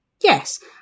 Yes